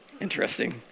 Interesting